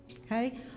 okay